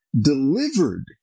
delivered